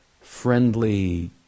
friendly